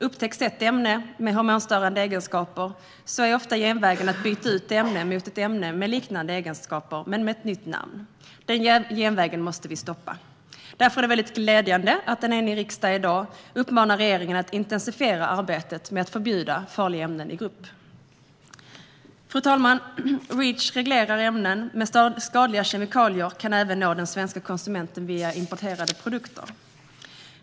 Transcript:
Upptäcks ett ämne med hormonstörande egenskaper är ofta genvägen att byta ut detta ämne mot ett ämne med liknande egenskaper men ett annat namn. Denna genväg måste vi stoppa. Därför är det glädjande att en enig riksdag i dag uppmanar regeringen att intensifiera arbetet med att förbjuda farliga ämnen i grupp. Fru talman! Reach reglerar ämnen, men skadliga kemikalier kan även nå den svenska konsumenten via importerade produkter.